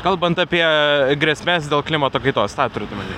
kalbant apie grėsmės dėl klimato kaitos tą turit omeny